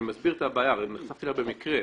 אני מסביר את הבעיה שנחשפתי אליה במקרה,